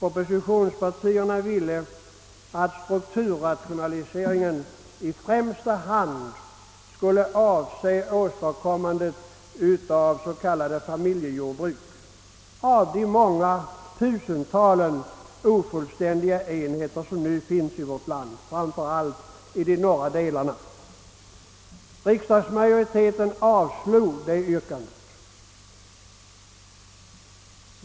Oppositionspartierna ville att strukturrationaliseringen i främsta rummet skulle avse åstadkommande av s.k. familjejordbruk av de många tusentals ofullständiga enheter som nu finns i vårt land, framför allt i de norra delarna. Riksdagsmajoriteten avslog det yrkandet.